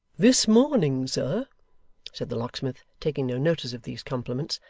this morning, sir said the locksmith, taking no notice of these compliments,